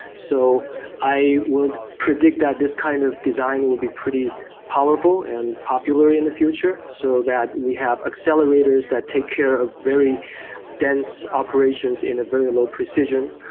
so i would predict that this kind of design will be pretty powerful and popular in the future so that we have accelerators that take care of very dense operations in a very low precision,